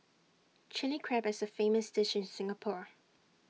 Chilli Crab is A famous dish in Singapore